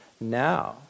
now